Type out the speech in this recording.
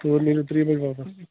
تورٕ نیٖرِو ترٛیٚیہِ بجہِ واپس